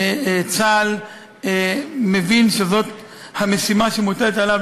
צה"ל מבין שזאת המשימה שמוטלת עליו,